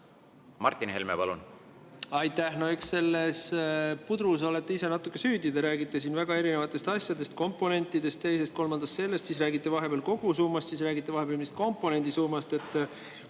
Martin Helme, palun! Aitäh! No eks selles pudrus olete te ise natuke süüdi. Te räägite siin väga erinevatest asjadest: komponentidest, teisest-kolmandast, siis räägite vahepeal kogusummast, siis räägite vahepeal mingist komponendi summast.